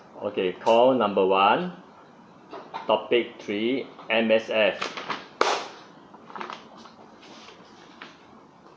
okay call number one topic three M_S_F